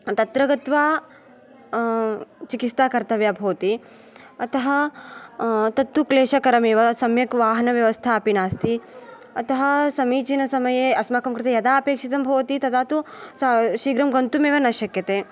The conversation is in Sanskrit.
तत्र गत्वा चिकित्सा कर्तव्या भवति अत तत्तु क्लेशकरमेव सम्यक् वाहनव्यवस्था अपि नास्ति अत समीचीनसमये अस्माकं कृते यदा अपेक्षितं भवति तदा तु शीघ्रं गन्तुमेव न शक्यते